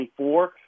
24